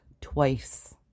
twice